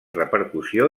repercussió